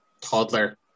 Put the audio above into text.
toddler